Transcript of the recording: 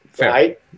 Right